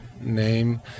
name